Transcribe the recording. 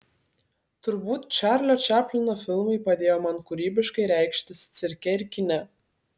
turbūt čarlio čaplino filmai padėjo man kūrybiškai reikštis cirke ir kine